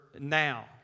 now